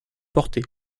portée